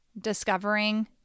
discovering